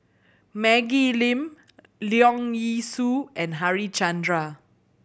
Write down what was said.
Maggie Lim Leong Yee Soo and Harichandra